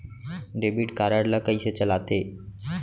Debit card ला कइसे चलाते?